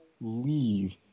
leave